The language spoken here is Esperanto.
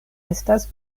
estas